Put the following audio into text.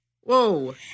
Whoa